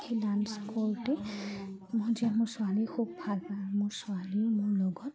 সেই ডাঞ্চ কৰোঁতে যে মোৰ ছোৱালী খুব ভাল পায় মোৰ ছোৱালীও মোৰ লগত